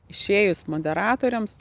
išėjus moderatoriams